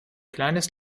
kleines